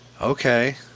Okay